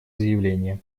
заявление